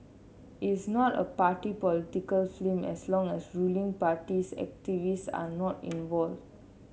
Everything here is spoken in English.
it is not a party political film as long as ruling parties activists are not involved